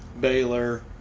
Baylor